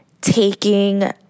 taking